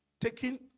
taking